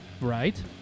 right